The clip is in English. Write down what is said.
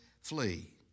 flee